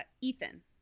Ethan